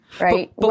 Right